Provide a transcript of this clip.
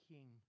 King